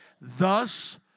thus